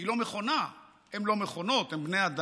היא לא מכונה, הם לא מכונות, הם בני אדם.